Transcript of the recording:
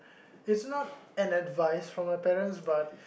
it's not an advice from a parents but